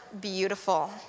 beautiful